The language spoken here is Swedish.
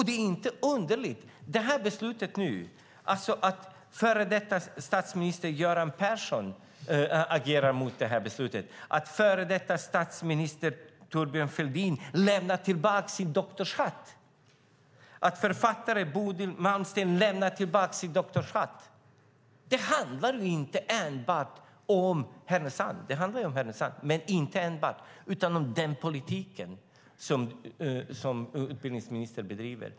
Det är inte underligt att före detta statsminister Göran Persson agerar mot det här beslutet, att före detta statsminister Thorbjörn Fälldin lämnar tillbaka sin doktorshatt och att författare Bodil Malmsten lämnar tillbaka sin doktorshatt. Det handlar inte enbart om Härnösand. Visst handlar det om Härnösand - men inte enbart, utan om den politik som utbildningsministern bedriver.